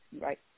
Right